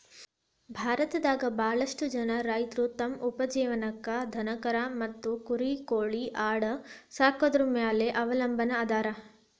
ಭಾರತದಾಗ ಬಾಳಷ್ಟು ಜನ ರೈತರು ತಮ್ಮ ಉಪಜೇವನಕ್ಕ ದನಕರಾ ಮತ್ತ ಕುರಿ ಕೋಳಿ ಆಡ ಸಾಕೊದ್ರ ಮ್ಯಾಲೆ ಅವಲಂಬನಾ ಅದಾರ